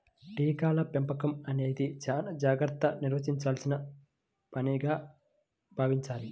కీటకాల పెంపకం అనేది చాలా జాగర్తగా నిర్వహించాల్సిన పనిగా భావించాలి